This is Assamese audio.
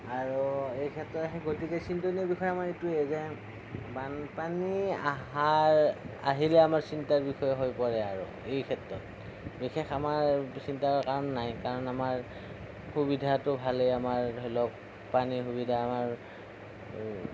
আৰু এই ক্ষেত্ৰত সেই গতিকে চিন্তনীয় বিষয় আমাৰ এইটোৱে যে বানপানী আহাৰ আহিলে আমাৰ চিন্তাৰ বিষয় হৈ পৰে আৰু এই ক্ষেত্ৰত বিশেষ আমাৰ চিন্তাৰ কাৰণ নাই কাৰণ আমাৰ সুবিধাটো ভালেই আমাৰ ধৰিলওক পানীৰ সুবিধা আমাৰ